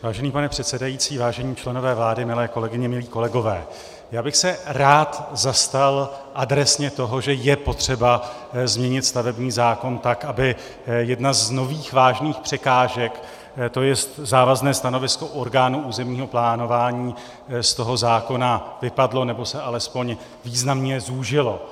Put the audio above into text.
Vážený pane předsedající, vážení členové vlády, milé kolegyně, milí kolegové, já bych se rád zastal adresně toho, že je potřeba změnit stavební zákon tak, aby jedna z nových vážných překážek, tj. závazné stanovisko orgánu územního plánování, z toho zákona vypadla, nebo se alespoň významně zúžila.